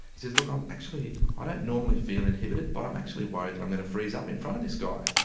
he says, look i'm actually i don't normally feel inhibited, but i'm actually worried that i'm going to freeze up in front of this guy.